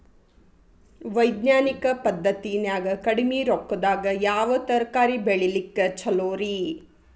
ವೈಜ್ಞಾನಿಕ ಪದ್ಧತಿನ್ಯಾಗ ಕಡಿಮಿ ರೊಕ್ಕದಾಗಾ ಯಾವ ತರಕಾರಿ ಬೆಳಿಲಿಕ್ಕ ಛಲೋರಿ?